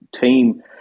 team